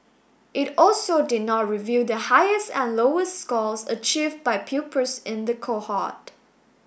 it also did not reveal the highest and lowest scores achieve by pupils in the cohort